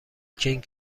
کینگ